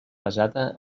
basada